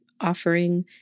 offering